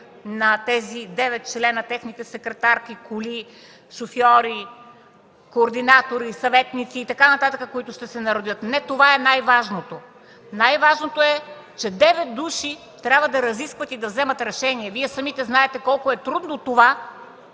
на тези 9 члена, техните секретарки, коли, шофьори, координатори, съветници и така нататък, които ще се наредят. Не това е най-важното. Най-важното е, че 9 души трябва да разискват и да вземат решения. Вие самите знаете колко е трудно това.